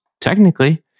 Technically